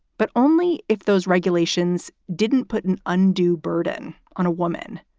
but only if those regulations didn't put an undue burden on a woman.